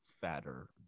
fatter